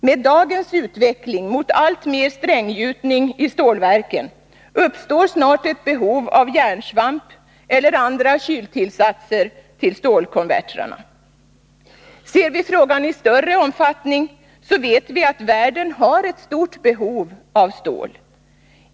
Med dagens utveckling mot alltmer stränggjutning i stålverken uppstår snart ett behov av järnsvamp eller andra kyltillsatser till stålkonvertrarna. Ser vi frågan i större omfattning vet vi att världen har stort behov av stål.